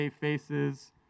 faces